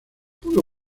pudo